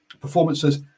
performances